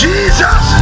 Jesus